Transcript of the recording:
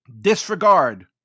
disregard